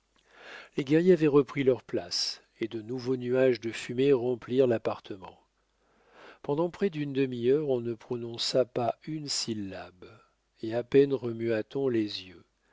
les guerriers avaient repris leur place et de nouveaux nuages de fumée remplirent l'appartement pendant près d'une demi-heure on ne prononça pas une syllabe et à peine remua t on les yeux